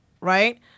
right